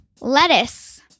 Lettuce